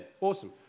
Awesome